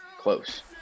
close